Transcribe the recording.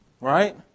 Right